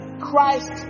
Christ